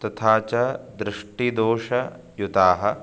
तथा च दृष्टिदोषयुताः